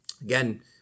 Again